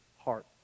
heart